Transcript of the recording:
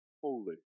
holy